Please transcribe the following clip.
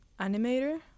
Animator